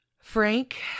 Frank